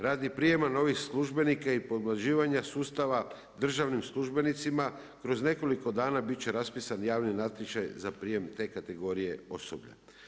Radi prijema novih službenika i pomlađivanja sustava, državnim službenicima kroz nekoliko dana bit će raspisan javni natječaj za prijem te kategorije osoblja.